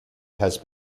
has